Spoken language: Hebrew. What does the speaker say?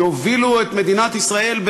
שהובילו את מדינת ישראל,